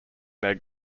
their